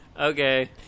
okay